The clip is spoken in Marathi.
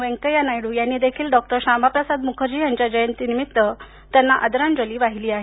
वेंकय्या यांनी देखील डॉक्टर श्यामाप्रसाद मुखर्जी यांच्या जयंतीनिमित्त त्यांना आदरांजली वाहिली आहे